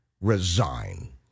resign